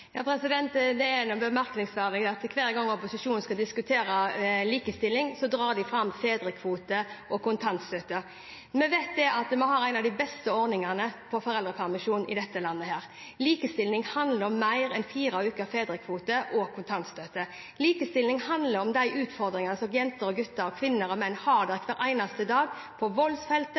Vi vet at vi har en av de beste ordningene når det gjelder foreldrepermisjon, i dette landet. Likestilling handler om mer enn fire ukers fedrekvote og kontantstøtte. Likestilling handler om de utfordringene som jenter og gutter, kvinner og menn, har hver eneste dag på voldsfeltet,